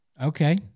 Okay